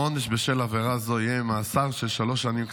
העונש בשל עבירה זו יהיה מאסר של שלוש שנים,